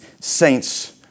saints